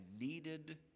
needed